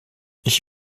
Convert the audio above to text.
ich